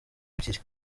ebyiri